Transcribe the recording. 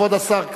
כבוד השר,